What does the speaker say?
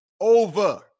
over